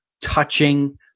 touching